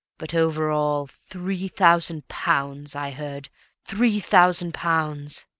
but over all three thousand pounds! i heard three thousand pounds!